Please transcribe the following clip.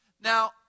Now